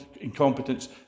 incompetence